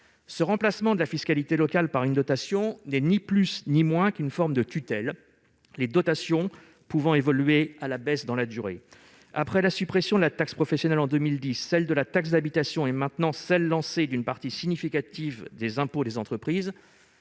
Ce remplacement de la fiscalité locale par une dotation est une forme de tutelle, ni plus ni moins, les dotations pouvant évoluer à la baisse dans la durée. Après la suppression de la taxe professionnelle en 2010, celle de la taxe d'habitation et maintenant celle, lancée, d'une partie significative des impôts des entreprises,